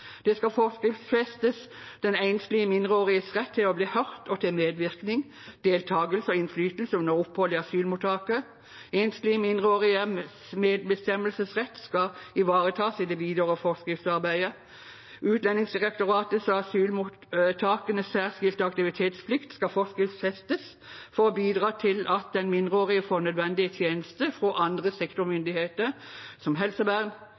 Den enslige mindreåriges rett til å bli hørt og til medvirkning, deltagelse og innflytelse under oppholdet i asylmottaket skal forskriftsfestes, og enslige mindreåriges medbestemmelsesrett skal ivaretas i det videre forskriftsarbeidet. Utlendingsdirektoratets og asylmottakenes særskilte aktivitetsplikt skal forskriftsfestes for å bidra til at den mindreårige får nødvendige tjenester fra andre sektormyndigheter, som helsevern,